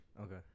okay